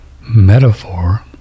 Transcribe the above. Metaphor